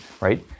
Right